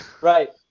Right